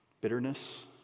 Bitterness